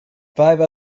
five